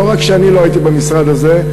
כשלא רק שאני לא הייתי במשרד הזה,